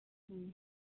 ꯎꯝ